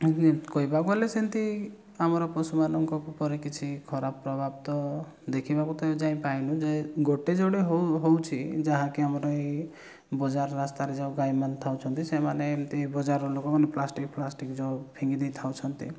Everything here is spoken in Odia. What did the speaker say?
କହିବାକୁ ଗଲେ ସେମିତି ଆମର ପଶୁମାନଙ୍କ ଉପରେ କିଛି ଖରାପ ପ୍ରଭାବ ତ ଦେଖିବାକୁ ତ ଏଯାଏଁ ପାଇନୁ ଯେ ଗୋଟେ ଯୋଡ଼େ ହେଉଛି ଯାହାକି ଆମର ଏହି ବଜାର ରାସ୍ତାରେ ଯେଉଁ ଗାଈମାନେ ଥାଉଛନ୍ତି ସେମାନେ ଏମିତି ବଜାରର ଲୋକମାନେ ପ୍ଲାଷ୍ଟିକ୍ ପ୍ଲାଷ୍ଟିକ୍ ଯେଉଁ ଫିଙ୍ଗି ଦେଇଥାଉଛନ୍ତି